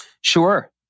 Sure